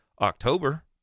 October